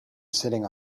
sitting